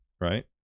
right